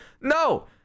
No